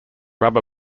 rubber